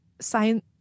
science